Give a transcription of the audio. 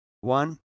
One